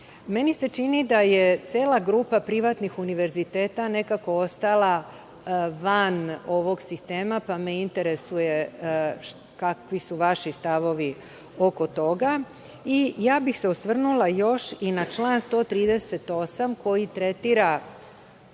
uzor. Meni se čini da je cela grupa privatnih univerziteta nekako ostala van ovog sistema, pa me interesuje kakvi su vaši stavovi oko toga. Osvrnula bih se još i na član 138. koji tretira